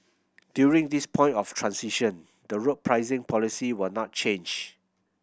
during this point of transition the road pricing policy will not change